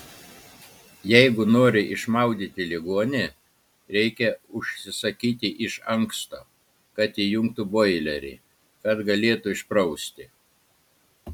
jeigu nori išmaudyti ligonį reikia užsisakyti iš anksto kad įjungtų boilerį kad galėtų išprausti